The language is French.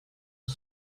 vos